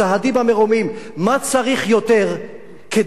מה צריך יותר כדי להעמיד לדין את האנשים האלה,